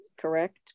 Correct